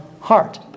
heart